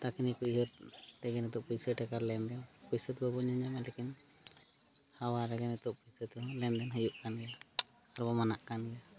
ᱛᱟᱹᱠᱱᱤᱠ ᱩᱭᱦᱟᱹᱨ ᱛᱮᱜᱮ ᱱᱤᱛᱚᱜ ᱯᱩᱭᱥᱟᱹᱼᱴᱟᱠᱟ ᱞᱮᱱᱫᱮᱱ ᱦᱤᱥᱟᱹᱵᱽ ᱵᱟᱵᱚᱱ ᱧᱮᱞ ᱧᱟᱢᱟ ᱞᱮᱠᱤᱱ ᱦᱟᱣᱟᱨᱮᱜᱮ ᱱᱤᱛᱚᱜ ᱯᱩᱭᱥᱟᱹ ᱞᱮᱱᱫᱮᱱ ᱦᱩᱭᱩᱜᱠᱟᱱ ᱜᱮᱭᱟ ᱟᱨᱵᱚ ᱢᱟᱱᱟᱜᱠᱟᱱ ᱜᱮᱭᱟ